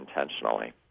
intentionally